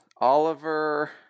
Oliver